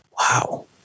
Wow